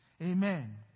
Amen